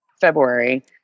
February